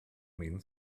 min